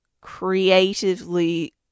creatively